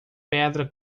pedra